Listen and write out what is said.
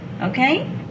Okay